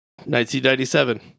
1997